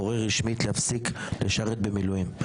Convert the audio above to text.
קורא רשמית להפסיק לשרת במילואים.